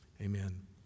Amen